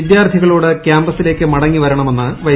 വിദ്യാർത്ഥികളോട് ക്യാമ്പസിലേക്ക് മടങ്ങി വരണമെന്ന് വൈസ് ചാൻസലർ